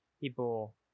people